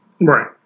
Right